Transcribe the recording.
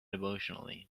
emotionally